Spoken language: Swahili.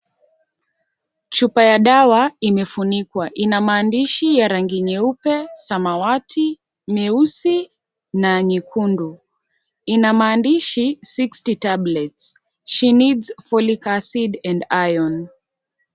Chupa ya dawa imefunikwa ina maandishi ya rangi nyeupe ,samawati, nyeusi na nyekundu ina maandishi 60 tablets she needs folic acid and iron .